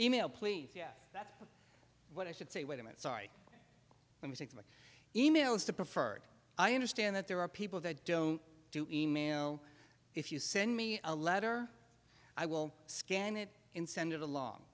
e mail please that's what i should say wait a minute sorry let me take my e mails to preferred i understand that there are people that don't do e mail if you send me a letter i will scan it and send it along